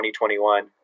2021